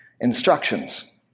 instructions